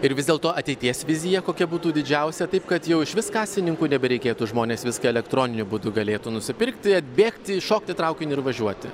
ir vis dėlto ateities vizija kokia būtų didžiausia taip kad jau išvis kasininkų nebereikėtų žmonės viską elektroniniu būdu galėtų nusipirkti atbėgti šokt į traukinį ir važiuoti